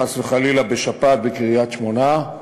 חס וחלילה, בשפעת בקריית-שמונה,